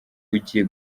ugiye